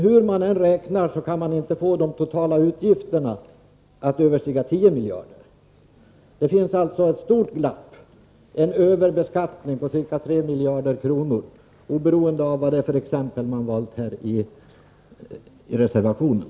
Hur man än räknar, kan man inte få de totala utgifterna att överstiga 10 miljarder. Det finns alltså ett stort glapp, en överbeskattning på ca 3 miljarder kronor, oberoende av vad för exempel man har valt i reservationen.